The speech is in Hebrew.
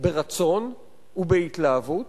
ברצון ובהתלהבות